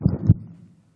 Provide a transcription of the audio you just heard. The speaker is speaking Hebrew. לסכם